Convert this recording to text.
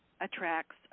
attracts